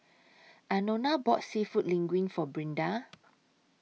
Anona bought Seafood Linguine For Brinda